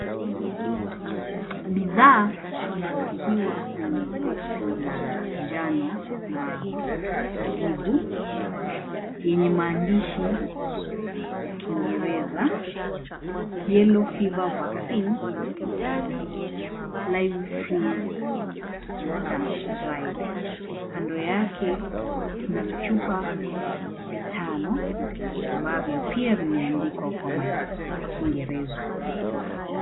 Bidhaa imepakiwa kwenye boksi la njano na jivu, yenye maandishi ya Kiingereza, Yellow Fever Vaccine, live freeze-dried. Kando yake kuna vichupa vitano ambavyo pia vimeandikwa kwa Kiingereza.